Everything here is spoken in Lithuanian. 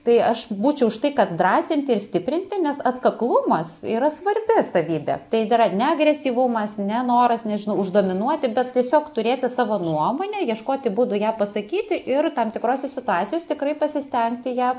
tai aš būčiau už tai kad drąsinti ir stiprinti nes atkaklumas yra svarbi savybė tai yra ne agresyvumas nenoras nežinau uždominuoti bet tiesiog turėti savo nuomonę ieškoti būdų ją pasakyti ir tam tikrose situacijose tikrai pasistengti ją